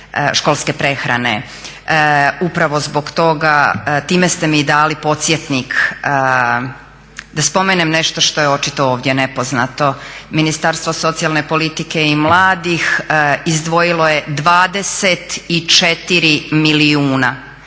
školske prehrane. Upravo zbog toga, time ste mi dali podsjetnik da spomenem nešto što je očito ovdje nepoznato. Ministarstvo socijalne politike i mladih izdvojilo je 24 milijuna,